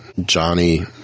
Johnny